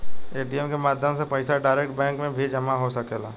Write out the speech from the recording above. ATM के माध्यम से पईसा डायरेक्ट बैंक में भी जामा हो सकेला